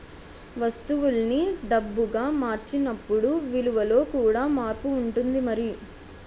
వస్తువుల్ని డబ్బుగా మార్చినప్పుడు విలువలో కూడా మార్పు ఉంటుంది మరి